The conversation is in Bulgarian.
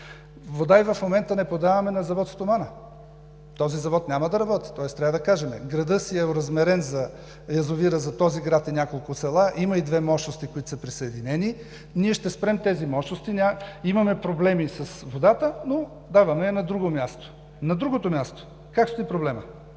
Вода и в момента не подаваме на завод „Стомана“. Този завод няма да работи. Тоест трябва да кажем: язовирът е оразмерен за този град и няколко села, има и две мощности, които са присъединени, ние ще спрем тези мощности, имаме проблеми с водата, но давана е на друго място. На другото